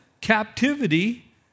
captivity